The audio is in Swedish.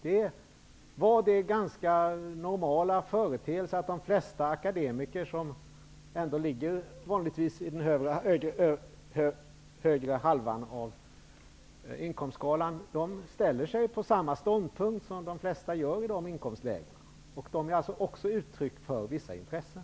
Det var den ganska normala företeelsen, att de flesta akademiker -- som vanligtvis ligger på den övre halvan av inkomstskalan -- ställde sig på samma ståndpunkt som de flesta gör i de inkomstlägena. De är alltså också uttryck för vissa intressen.